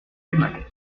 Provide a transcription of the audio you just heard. penal